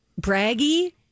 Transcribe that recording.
braggy